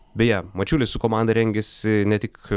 beje mačiulis su komanda rengiasi ne tik